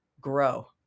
grow